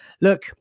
Look